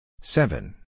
seven